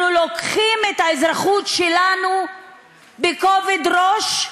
אנחנו לוקחים את האזרחות שלנו בכובד ראש,